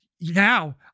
now